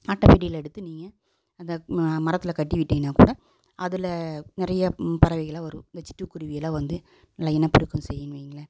அட்டைபெட்டில எடுத்து நீங்கள் அந்த மரத்தில் கட்டி விட்டிங்கனா கூட அதில் நிறைய பறவைகளாம் வரும் இந்த சிட்டு குருவியலாம் வந்து லைனா பெருக்கம் செய்யும் வைங்களேன்